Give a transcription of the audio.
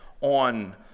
on